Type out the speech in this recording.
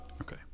Okay